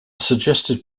suggested